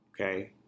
Okay